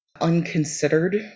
unconsidered